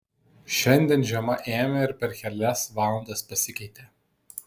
šiandien žiema ėmė ir per kelias valandas pasikeitė